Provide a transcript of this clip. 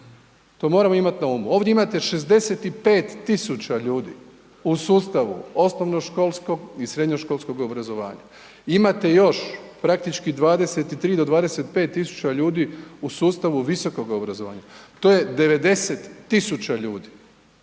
To moramo imati na umu. Ovdje imate 65 tisuća ljudi u sustavu osnovnoškolskog i srednjoškolskog obrazovanja. Imate još praktički 23 do 25 tisuća ljudi u sustavu visokog obrazovanja. To je 90 tisuća ljudi.